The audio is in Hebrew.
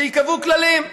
שייקבעו כללים.